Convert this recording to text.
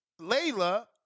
Layla